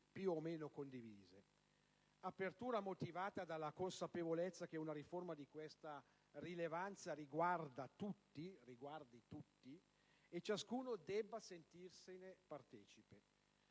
più o meno condivise: un'apertura motivata dalla consapevolezza che una riforma di questa rilevanza riguardi tutti e che ciascuno debba sentirsene partecipe.